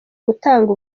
gutanga